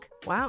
Wow